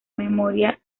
memoria